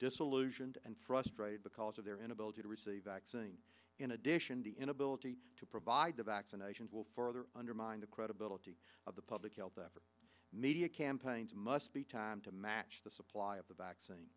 disillusioned and frustrated because of their inability to receive vaccine in addition to inability to provide the vaccinations will further undermine the credibility of the public health the media campaigns must be time to match the supply of the vaccine